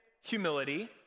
humility